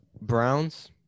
Browns